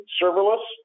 serverless